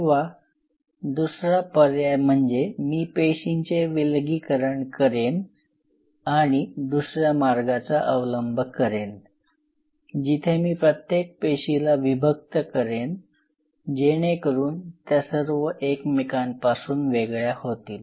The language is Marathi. किंवा दूसरा पर्याय म्हणजे मी पेशींचे विलगीकरण करेन आणि दुसर्या मार्गाचा अवलंब करेन जिथे मी प्रत्येक पेशीला विभक्त करेन जेणेकरून त्या सर्व एकमेकांपासून पासून वेगळ्या होतील